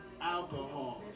alcohol